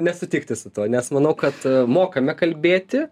nesutikti su tuo nes manau kad mokame kalbėti